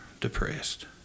depressed